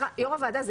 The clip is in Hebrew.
יושב-ראש הוועדה,